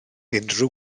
unrhyw